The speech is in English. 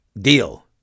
deal